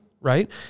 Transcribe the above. right